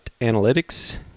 analytics